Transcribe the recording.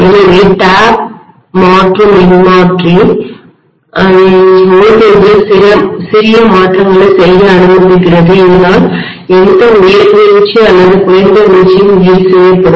எனவே டேப் மாற்றும் மின்மாற்றிடிரான்ஸ்ஃபார்மர் மின்னழுத்தத்தில் வோல்டேஜில் சிறிய மாற்றங்களைச் செய்ய அனுமதிக்கிறது இதனால் எந்த உயர் வீழ்ச்சி அல்லது குறைந்த வீழ்ச்சியும் ஈடுசெய்யப்படும்